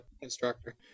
instructor